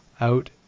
out